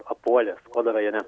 apuolė kauno rajone